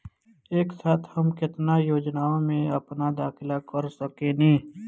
एक साथ हम केतना योजनाओ में अपना दाखिला कर सकेनी?